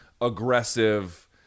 aggressive